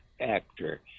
actor